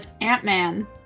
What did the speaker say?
Ant-Man